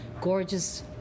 gorgeous